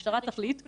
המשטרה תחליט.